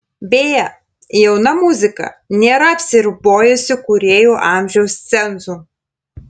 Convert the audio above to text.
beje jauna muzika nėra apsiribojusi kūrėjų amžiaus cenzu